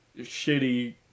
shitty